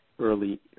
early